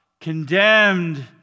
condemned